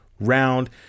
round